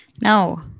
No